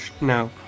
No